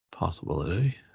Possibility